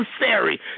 necessary